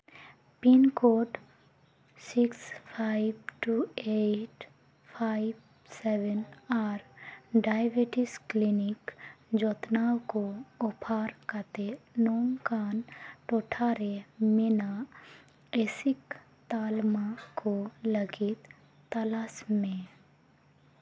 pin code six five two eight five seven ᱟᱨ diabetes clinic ᱡᱚᱛᱱᱟᱣ ᱠᱚ offer ᱠᱟᱛᱮᱫ ᱱᱚᱝᱠᱟᱱ ᱴᱚᱴᱷᱟ ᱨᱮ ᱢᱮᱱᱟᱜ ᱵᱮᱥᱤᱠ ᱛᱟᱞᱢᱟ ᱠᱚ ᱞᱟᱹᱜᱤᱫ ᱛᱚᱞᱟᱥ ᱢᱮ